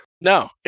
No